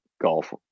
golf